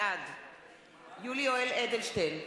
בעד יולי יואל אדלשטיין,